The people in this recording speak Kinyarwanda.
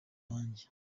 bange